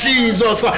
Jesus